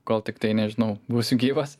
kol tiktai nežinau būsiu gyvas